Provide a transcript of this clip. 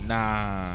Nah